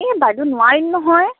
এই বাইদেউ নোৱাৰিম নহয়